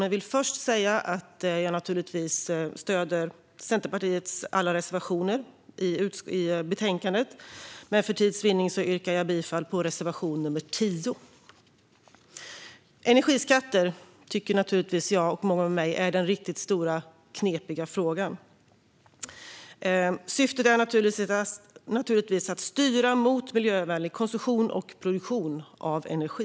Jag vill först säga att jag naturligtvis stöder Centerpartiets alla reservationer i betänkandet, men för tids vinnande yrkar jag bifall endast till reservation nr 10. Jag och många med mig tycker att energiskatter är den riktigt stora och knepiga frågan. Syftet är att styra mot miljövänlig konsumtion och produktion av energi.